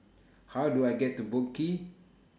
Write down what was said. How Do I get to Boat Quay